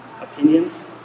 opinions